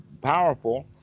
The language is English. powerful